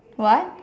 what